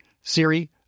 Siri